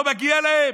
לא מגיע להן?